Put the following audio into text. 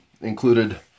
included